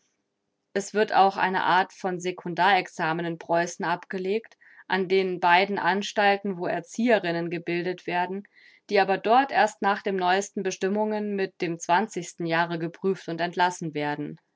es wird auch eine art von sekundar examen in preußen abgelegt an den beiden anstalten wo erzieherinnen gebildet werden die aber dort erst nach den neuesten bestimmungen mit dem jahre geprüft und entlassen werden